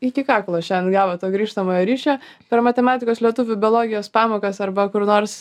iki kaklo šian gavo to grįžtamojo ryšio per matematikos lietuvių biologijos pamokas arba kur nors